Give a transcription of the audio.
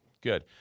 Good